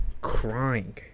crying